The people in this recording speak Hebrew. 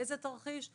באיזה תרחיש,